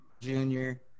Junior